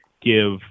give